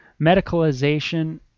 medicalization